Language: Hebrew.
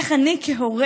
איך אני כהורה